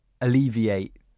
alleviate